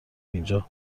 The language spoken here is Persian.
اینجا